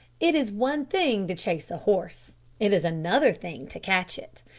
it is one thing to chase a horse it is another thing to catch it.